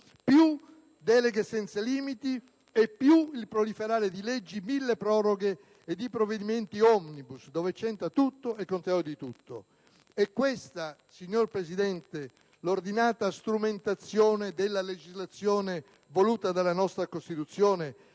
Più deleghe senza limiti e più il proliferare di leggi milleproroghe e di provvedimenti *omnibus*, dove entra tutto e il contrario di tutto! È questa, signor Presidente, l'ordinata strumentazione della legislazione voluta dalla nostra Costituzione?